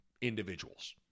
individuals